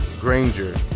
Granger